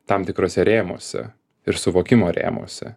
tam tikruose rėmuose ir suvokimo rėmuose